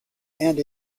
and